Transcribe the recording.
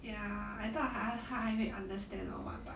ya I thought 他他还会 understand or what but